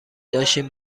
داشتیم